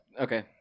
Okay